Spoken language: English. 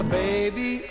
baby